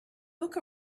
book